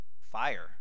fire